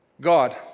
God